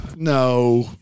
no